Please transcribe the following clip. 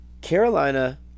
Carolina